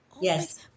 Yes